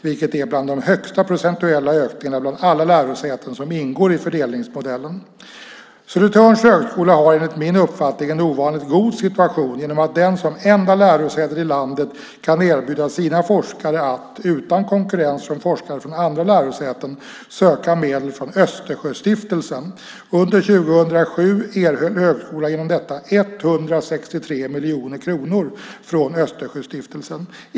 Det är bland de högsta procentuella ökningarna bland alla lärosäten som ingår i fördelningsmodellen. Södertörns högskola har enligt min uppfattning en ovanligt god situation genom att den som enda lärosäte i landet kan erbjuda sina forskare att utan konkurrens från forskare från andra lärosäten söka medel från Östersjöstiftelsen. Under 2007 erhöll högskolan genom detta 163 miljoner kronor från Östersjöstiftelsen.